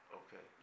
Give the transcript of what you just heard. okay